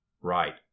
Right